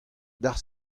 d’ar